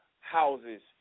houses